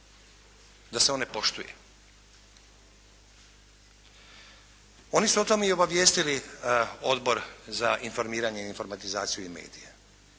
da se on ne poštuje. Oni su o tome i obavijestili Odbor za informiranje, informatizaciju i medije